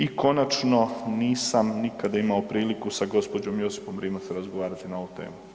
I konačni nisam nikada imao priliku sa gospođom Josipom Rimac razgovarati na ovu temu.